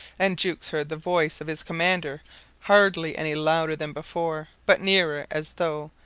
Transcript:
and jukes heard the voice of his commander hardly any louder than before, but nearer, as though,